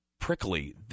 Prickly